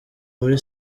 muri